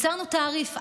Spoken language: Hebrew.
ייצרנו תעריף,